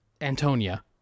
antonia